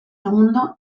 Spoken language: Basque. segundo